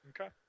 Okay